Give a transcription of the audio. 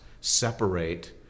separate